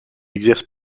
exerce